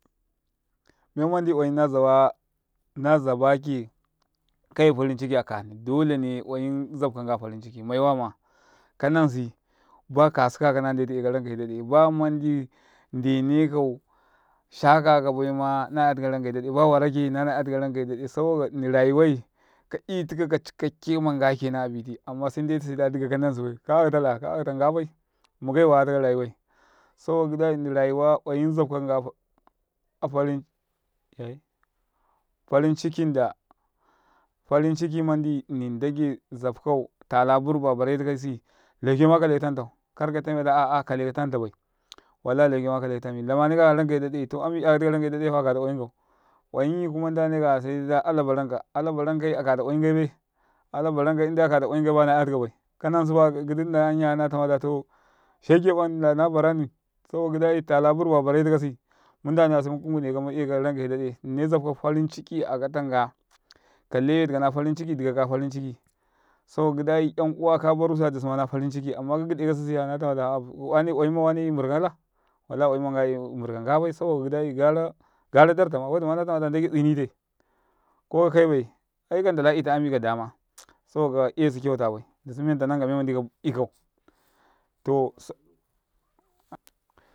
﻿Men mandi ayam na zabaka ka yai farin ciki aka hni dalene wayam zab ka nga afarin ciki mai wama dolene kanansi bakasi kakau na ndetu ekau rankai dade bamandi ndene kau shaka kasabo ndina rayu wai ka 'yuti ka kau cikakke ma nga kenan abiti ammase ndetuda dika kananbibai ka akatala ka akata men bai mulai wayataka rayuwai, saboka gidai ndini rayuwa wayan zabka kanga a farin ciki mandi, farin ciki mandi ndagai zabkau talaburba bare tikasi. Laukema Kaleka tan tau, karka tamda a'a Kaleka tam tabai wallahi laukema Kaleka taifa akata oyumtikau, oyumyi kuma ndaneka ya seda alabaran ka alabarankai indai akata oyum tikai baya na 'yatika bai kanan sibaya gidi nna yanyana tamada ta shege ɓan lana bara saboka gidai. Saboka gidai tala burba bare tikasi mu ndane kaya semu ngwunekau mu ekau rankai daɗe nnine zabkau farin ciki akatau nga kalewe tika na farin ciki dika farin ciki saboka gidai 'yan uwa kaba rusiya dusumana farin ciki, amma ka gide ka sisiya na tamada oyumma wanei mburkala, wallahi oyumma ngni mburka ngbai saboka gidai gara dan tama wadima natamada ndagai tsinte ko ka kai bai, aika ndala ita ami kadama. Sabaka esu baranka bai dusu mentanan ka men mandi ka ikauto.